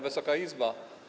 Wysoka Izbo!